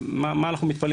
זה מייצר